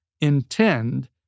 intend